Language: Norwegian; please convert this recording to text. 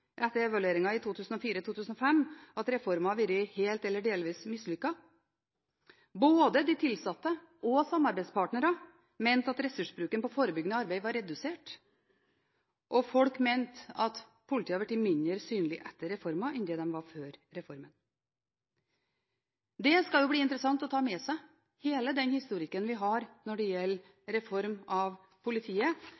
etter evalueringen i 2004–2005 at reformen har vært helt eller delvis mislykket. Både de ansatte og samarbeidspartnere mente at ressursbruken på forebyggende arbeid var redusert. Folk mente at politiet hadde blitt mindre synlig etter reformen enn det det var før reformen. Det skal bli interessant å ta med seg hele den historikken vi har når det gjelder